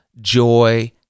joy